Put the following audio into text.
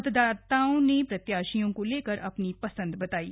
मतदाताओं ने प्रत्याशियों को लेकर अपनी पसंद बतायी